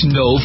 no